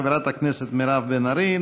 חברת הכנסת מירב בן ארי,